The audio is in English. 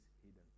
hidden